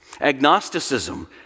agnosticism